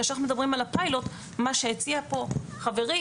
כאשר אנחנו מדברים על הפיילוט מה שהציע כאן חברי